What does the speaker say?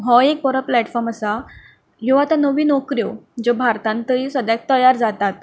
हो एक बरो प्लेटफॉम आसा ह्यो आता ह्यो नव्यो नोकऱ्यो ज्यो भारतांत थंय सद्याक तयार जातात